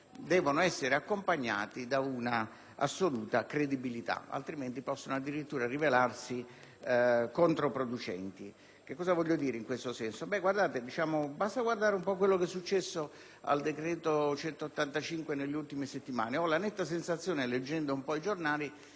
devono essere accompagnate da un'assoluta credibilità, altrimenti possono addirittura rivelarsi controproducenti. Cosa voglio dire in questo senso? Basta guardare quello che è successo al decreto n. 185 del 2008 nelle ultime settimane. Ho la netta sensazione, leggendo i giornali,